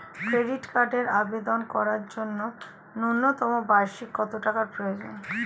Credit কার্ডের আবেদন করার জন্য ন্যূনতম বার্ষিক কত টাকা প্রয়োজন?